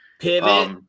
Pivot